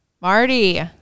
marty